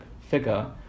figure